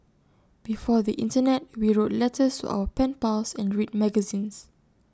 before the Internet we wrote letters to our pen pals and read magazines